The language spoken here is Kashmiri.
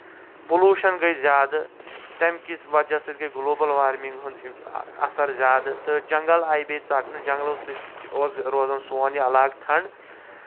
پُلوشن گے زیادٕ تَمہِ کہِ وجہہ سۭتۍ گے گلوبل وارمِنگ ہُنٛد اَثر زیادٕ تہٕ جنٛگل آے بیٚیہِ ژٹنہٕ جنٛگلو سۭتۍ اوس روزان سون یہِ علاقہٕ ٹھنٛڈ